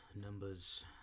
Numbers